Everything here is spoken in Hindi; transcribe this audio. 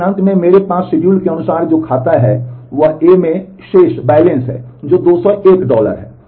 लेकिन अंत में मेरे पास शेड्यूल के अनुसार जो खाता है वह है ए में शेष है जो 201 डॉलर है